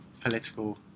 political